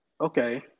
okay